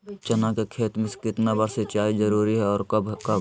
चना के खेत में कितना बार सिंचाई जरुरी है और कब कब?